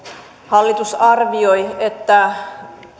hallitus arvioi että